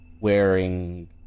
wearing